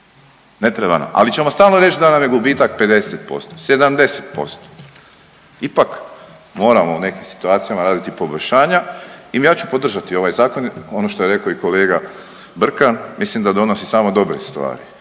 ne treba nam, al ćemo stalno reći da nam je gubitak 50%, 70%, ipak moramo u nekim situacijama raditi poboljšanja i ja ću podržati ovaj zakon, ono što je rekao i kolega Brkan, mislim da donosi samo dobre stvari,